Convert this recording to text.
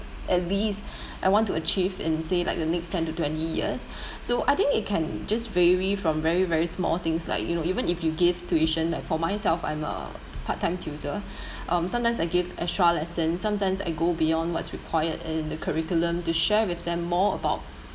at least I want to achieve in say like the next ten to twenty years so I think it can just vary from very very small things like you know even if you give tuition like for myself I'm a part-time tutor um sometimes I give extra lesson sometimes I go beyond what's required in the curriculum to share with them more about